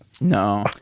No